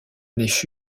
nef